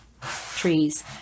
trees